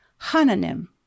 Hananim